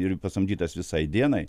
ir pasamdytas visai dienai